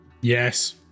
Yes